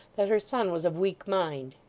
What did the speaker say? that her son was of weak mind.